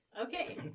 Okay